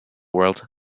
world